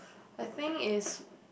I think is